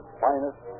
finest